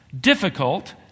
difficult